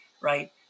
right